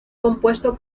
compuesto